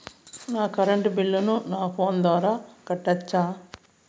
నా కరెంటు బిల్లును నా ఫోను ద్వారా కట్టొచ్చా?